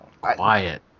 quiet